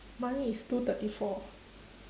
mine is two thirty four